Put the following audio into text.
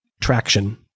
traction